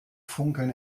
funkeln